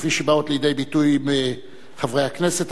כפי שבאות לידי ביטוי מחברי הכנסת.